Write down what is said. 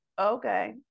okay